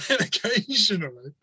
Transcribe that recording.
occasionally